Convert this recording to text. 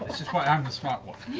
this is why i'm the smart one.